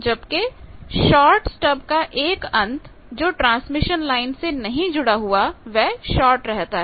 जबकि short stub का एकअंत जो ट्रांसमिशन लाइन से नहीं जुड़ा हुआ वह शार्ट रहता है